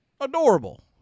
Adorable